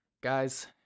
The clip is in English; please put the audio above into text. Guys